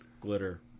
glitter